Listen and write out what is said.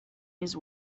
his